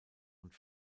und